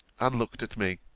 and looked at me,